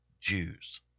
Jews